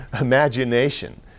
imagination